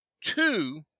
two